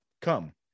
come